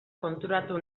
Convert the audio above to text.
konturatu